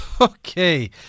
Okay